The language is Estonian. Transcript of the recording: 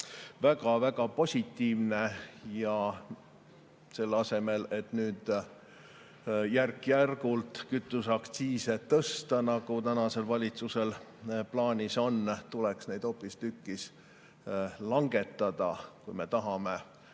väga-väga positiivne. Selle asemel, et nüüd järk-järgult kütuseaktsiisi tõsta, nagu tänasel valitsusel plaanis on, tuleks seda hoopistükkis langetada, kui me tahame,